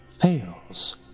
fails